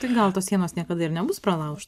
tai gal tos sienos niekada ir nebus pralaužta